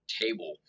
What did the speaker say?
table